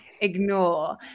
ignore